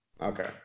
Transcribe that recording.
Okay